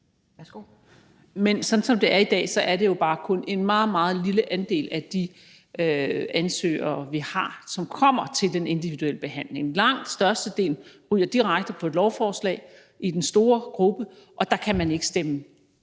Men sådan, som det er i dag, er det jo bare kun en meget, meget lille andel af de ansøgere, vi har, som kommer til den individuelle behandling. Langt størstedelen ryger direkte på et lovforslag i den store gruppe, og der kan man ikke stemme